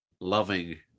loving